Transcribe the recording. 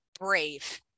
brave